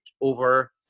over